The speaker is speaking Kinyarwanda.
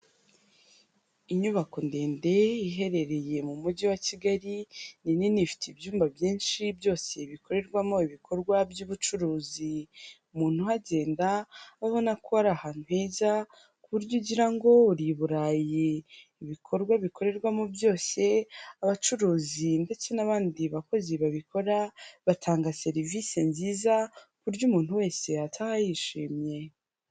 Inyubako ndende iherereye mu mujyi wa Kigali, ni nini ifite ibyumba byinshi byose bikorerwamo ibikorwa by'ubucuruzi. Umuntu uhagenda urabona ko ari ahantu heza ku buryo ugira ngo uri i Burayi. Ibikorwa bikorerwamo byose, abacuruzi ndetse n'abandi bakozi babikora batanga serivise nziza ku buryo umuntu wese ataha yishimye.